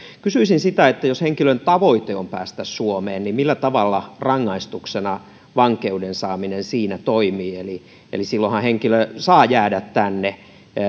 kysyisin sitä että jos henkilön tavoite on päästä suomeen niin millä tavalla rangaistuksena vankeuden saaminen siinä toimii eli silloinhan henkilö saa jäädä tänne